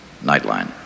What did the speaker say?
Nightline